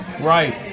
Right